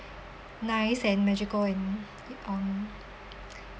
nice and magical and um